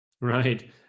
Right